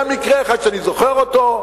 היה מקרה אחד שאני זוכר אותו,